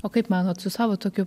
o kaip manot su savo tokiu